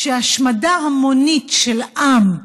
שהשמדה המונית של עם,